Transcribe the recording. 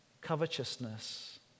covetousness